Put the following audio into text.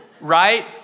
right